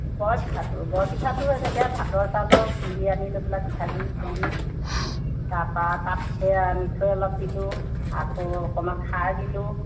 বৰ পিঠাটো বৰ পিঠাটো এনেকৈ ভাতৰ চাউলৰ খুন্দি আনি লৈ পেলাই পিঠাগুড়ি খুন্দি তাৰপৰা তাত সেয়া মিঠৈ অলপ দিলোঁ আকৌ অকণমান খাৰ দিলোঁ